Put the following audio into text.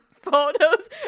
photos